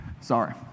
sorry